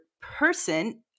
person